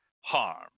harm